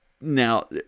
now